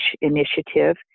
initiative